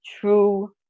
true